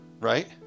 Right